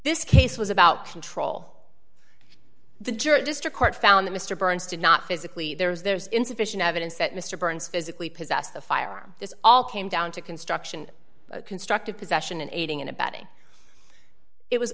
this case was about control the jury district court found the mr burns did not physically there was there's insufficient evidence that mr burns physically possessed the firearm this all came down to construction constructive possession and aiding and abetting it was